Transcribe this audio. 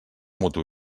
mutu